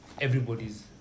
everybody's